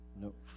Nope